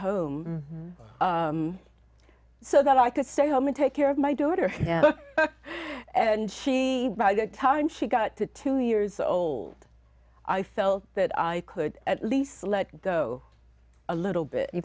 home so that i could stay home and take care of my daughter and she by the time she got to two years old i felt that i could at least let go a little bit he